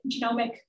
genomic